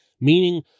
meaning